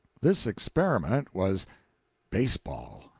this experiment was baseball.